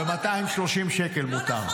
ב-230 שקל מותר.